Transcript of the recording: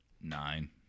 nine